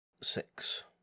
Six